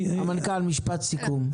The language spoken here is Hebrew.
המנכ"ל, משפט סיכום.